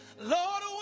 Lord